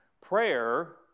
Prayer